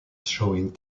showing